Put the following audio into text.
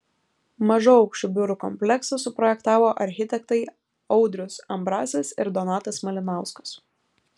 mažaaukščių biurų kompleksą suprojektavo architektai audrius ambrasas ir donatas malinauskas